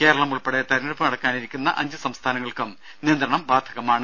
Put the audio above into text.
കേരളം ഉൾപ്പടെ തെരഞ്ഞെടുപ്പ് നടക്കാനിരിക്കുന്ന അഞ്ച് സംസ്ഥാനങ്ങൾക്കും നിയന്ത്രണം ബാധകമാണ്